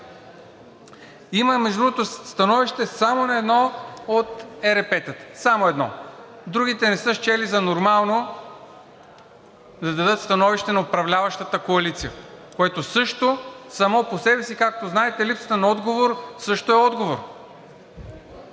Има, между другото, становище само на едно от ЕРП-тата, само на едно, другите не са счели за нормално да дадат становище на управляващата коалиция, което също само по себе си, както знаете, липсата на отговор също е отговор.